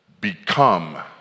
become